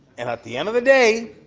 and at the end of the day